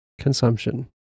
Consumption